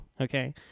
okay